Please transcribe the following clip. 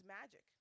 magic